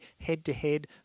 head-to-head